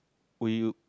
will you